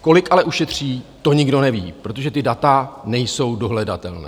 Kolik ale ušetří, to nikdo neví, protože ta data nejsou dohledatelná.